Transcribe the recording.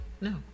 No